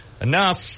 enough